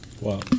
Wow